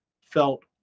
felt